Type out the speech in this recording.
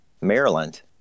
Maryland